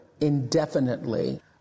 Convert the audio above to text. indefinitely